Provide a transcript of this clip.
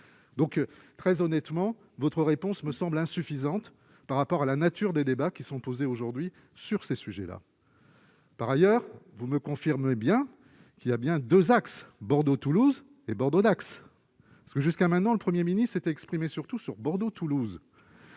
donc très honnêtement votre réponse me semble insuffisante par rapport à la nature des débats qui sont posés aujourd'hui sur ces sujets-là. Par ailleurs, vous me confirmez bien qu'il y a bien 2 axes Bordeaux-Toulouse et Bordeaux-Dax parce que jusqu'à maintenant, le 1er ministre s'est exprimé surtout sur Bordeaux, Toulouse.